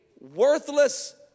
worthless